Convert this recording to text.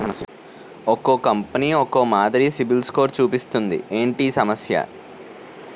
ఒక్కో కంపెనీ ఒక్కో మాదిరి సిబిల్ స్కోర్ చూపిస్తుంది ఏంటి ఈ సమస్య?